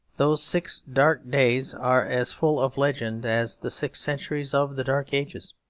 those six dark days are as full of legends as the six centuries of the dark ages.